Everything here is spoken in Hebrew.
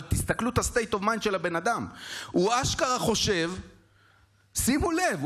אבל תסתכלו על ה-state of mind של הבן אדם: שימו לב,